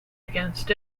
against